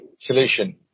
solution